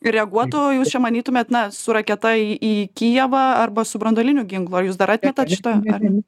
reaguotų o jūs čia manytumėt na su raketa į į kijevą arba su branduoliniu ginklu ar jūs dar atmetat šitą ar